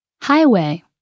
Highway